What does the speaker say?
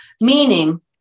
meaning